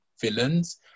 villains